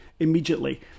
immediately